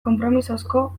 konpromisozko